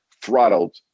throttled